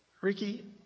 Ricky